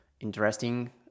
interesting